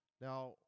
Now